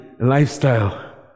lifestyle